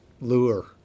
lure